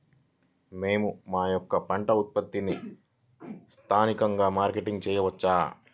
మేము మా యొక్క పంట ఉత్పత్తులని స్థానికంగా మార్కెటింగ్ చేయవచ్చా?